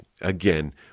again